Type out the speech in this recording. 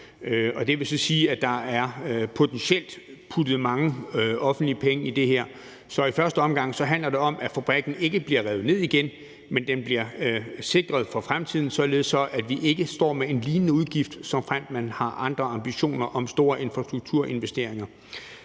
det vil så sige, at der er puttet mange offentlige kroner i det her. Så i første omgang handler det om, at fabrikken ikke bliver revet ned igen, men at den bliver sikret for fremtiden, således at vi ikke står med en lignende udgift, såfremt man har andre ambitioner om store infrastrukturinvesteringer.